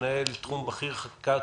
מנהל תחום בכיר חקיקה,